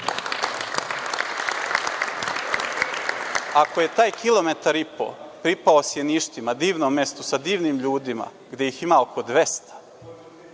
Ako je taj kilometar i po pripao Sinjištima, divnom mestu sa divnim ljudima gde ih ima oko 200,